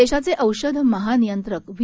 देशाचे औषध महानियंत्रक वी